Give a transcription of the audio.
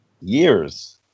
years